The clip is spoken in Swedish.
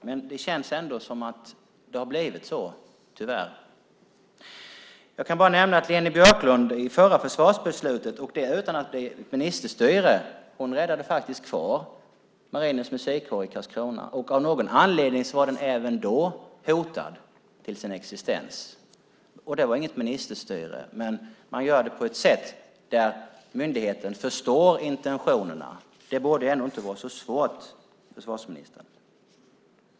Men det känns ändå som om det har blivit så, tyvärr. Jag kan bara nämna att Leni Björklund i det förra försvarsbeslutet räddade kvar Marinens musikkår i Karlskrona, och det utan att det blev ministerstyre. Av någon anledning var den även då hotad till sin existens. Det var alltså inget ministerstyre, men man gör det på ett sätt där myndigheten förstår intentionerna. Det borde ändå inte vara så svårt, försvarsministern.